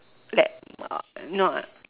like not not